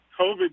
COVID